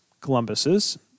Columbus's